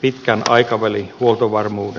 pitkän aikavälin huoltovarmuuden varmistamiseksi